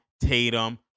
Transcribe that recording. Tatum